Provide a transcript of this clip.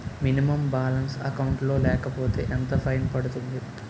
Minimum balance account లో లేకపోతే ఎంత ఫైన్ పడుతుంది?